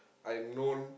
I known